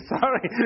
Sorry